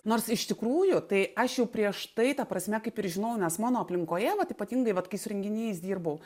nors iš tikrųjų tai aš jau prieš tai ta prasme kaip ir žinojau nes mano aplinkoje vat ypatingai vat kai su renginiais dirbau